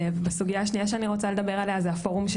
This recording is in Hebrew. בסוגייה השנייה שאני רוצה לדבר עליה זה הפורום של